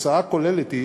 התוצאה הכוללת היא